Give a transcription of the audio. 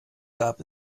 gab